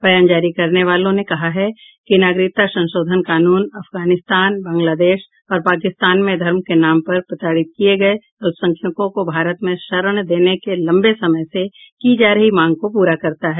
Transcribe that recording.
बयान जारी करने वालों ने कहा है कि नागरिकता संशोधन कानून अफगानिस्तान बांग्लादेश और पाकिस्तान में धर्म के नाम पर प्रताडित किए गये अल्पसंख्यकों को भारत में शरण देने की लंबे समय से की जा रही मांग को पूरा करता है